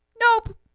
Nope